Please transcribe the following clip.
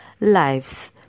lives